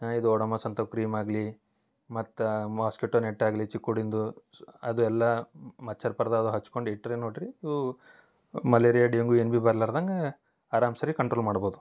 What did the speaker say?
ಇದು ಒಡೋಮೋಸ್ ಅಂಥವು ಕ್ರೀಮ್ ಆಗಲಿ ಮತ್ತು ಮೊಸ್ಕಿಟೋ ನೆಟ್ ಆಗಲಿ ಚಿಕ್ಕುಳಿಂದು ಸೊ ಅದು ಎಲ್ಲ ಮಚ್ಚರ್ ಪರ್ದಾ ಅದು ಹಚ್ಕೊಂಡು ಇಟ್ಟರೆ ನೋಡಿ ರೀ ಇವು ಮಲೇರಿಯಾ ಡೆಂಗೂ ಏನು ಬಿ ಬರ್ಲಾರ್ದಂಗ ಆರಾಮ್ಸೆ ರೀ ಕಂಟ್ರೋಲ್ ಮಾಡ್ಬೋದು